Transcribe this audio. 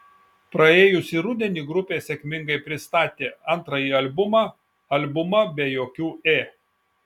praėjusį rudenį grupė sėkmingai pristatė antrąjį albumą albumą be jokių ė